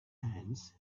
ants